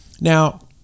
Now